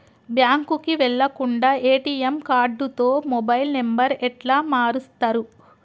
బ్యాంకుకి వెళ్లకుండా ఎ.టి.ఎమ్ కార్డుతో మొబైల్ నంబర్ ఎట్ల మారుస్తరు?